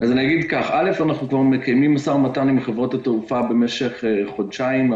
אנחנו כבר מקיימים משא ומתן עם חברות התעופה במשך חודשיים.